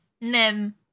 Nim